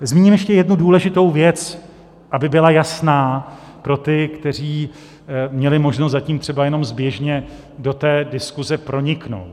Zmíním ještě jednu důležitou věc, aby byla jasná pro ty, kteří měli možnost zatím třeba jenom zběžně do té diskuze proniknout.